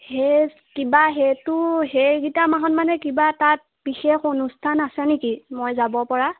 সেই কিবা সেইটো সেইকিটা মাহত মানে কিবা তাত বিশেষ অনুষ্ঠান আছে নেকি মই যাব পৰা